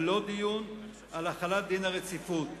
ללא דיון, על החלת דין הרציפות.